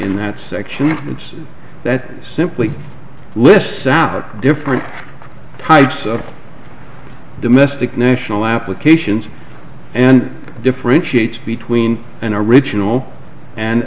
in that section it's that simply lists out different types of domestic national applications and differentiate between an original and